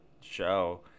show